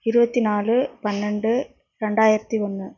இருபத்தி நாலு பன்னெண்டு ரெண்டாயிரத்தி ஒன்று